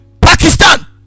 Pakistan